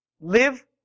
live